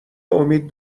امید